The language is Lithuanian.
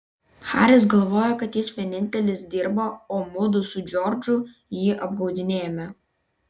haris galvojo kad jis vienintelis dirba o mudu su džordžu jį apgaudinėjame